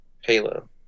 Halo